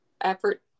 effort